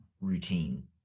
routine